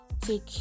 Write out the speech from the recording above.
take